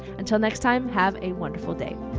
until next time, have a wonderful day.